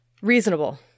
Reasonable